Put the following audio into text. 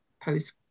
post